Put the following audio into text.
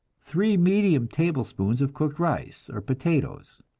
three medium tablespoonfuls of cooked rice or potatoes,